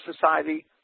society